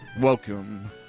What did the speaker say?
Welcome